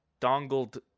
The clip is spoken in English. dongled